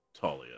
Talia